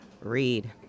read